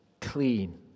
clean